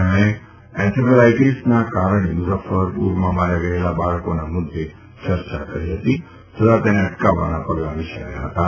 તેમાં એન્સેફેલાઇટીસના કારણે મુઝફ્ફરપુરમાં માર્યા ગયેલા બાળકોના મુદ્દે ચર્ચા થઈ હતી તથા તેને અટકાવવાના પગલાં વિચારાયાં હતાં